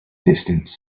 distance